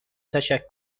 تشکر